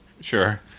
Sure